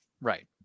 Right